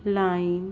lime